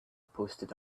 posted